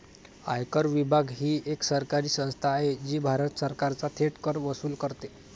आयकर विभाग ही एक सरकारी संस्था आहे जी भारत सरकारचा थेट कर वसूल करते